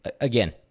Again